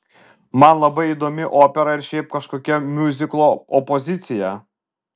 man labai įdomi opera ir šiaip kažkokia miuziklo opozicija